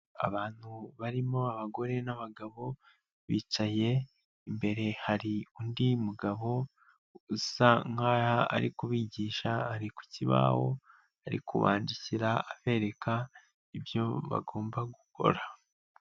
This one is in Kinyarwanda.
Abantu barimo abagore n'abagabo bicaye, imbere hari undi mugabo usa nk'aho ari kubigisha, ari ku kibaho, ari kubandikira abereka ibyo bagomba gukora.